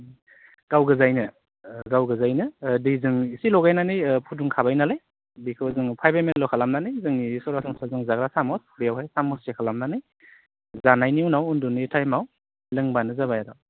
गाव गोजायैनो गाव गोजायैनो दैजों एसे लगायनानै फुदुंखाबाय नालाय बेखौ जोङो फाइभ एमएल ल' खालामनानै जोंनि सरासनस्रा जों जाग्रा सामस बेवहाय सामस से खालामनानै जानायनि उनाव उन्दुनाय टाइमाव लोंबानो जाबाय आरो